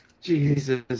Jesus